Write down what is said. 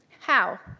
how?